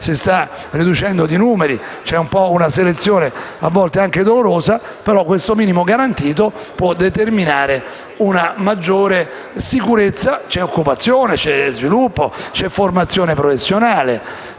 si sta riducendo di numeri, con una selezione, a volte, anche dolorosa. Questo minimo garantito può dunque determinare una maggiore sicurezza. C'è infatti occupazione, c'è sviluppo, c'è formazione professionale